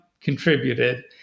contributed